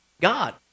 God